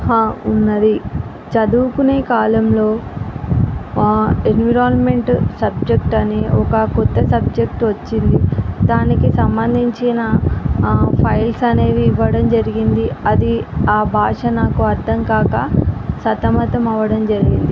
హా ఉన్నది చదువుకునే కాలంలో ఎన్విరాన్మెంట్ సబ్జెక్టు అనే ఒక కొత్త సబ్జెక్టు వచ్చింది దానికి సంబంధించిన ఆ ఫైల్స్ అనేవి ఇవ్వడం జరిగింది అది భాష నాకు అర్థం కాక సతమతమవ్వడం జరిగింది